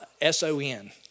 S-O-N